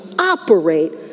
operate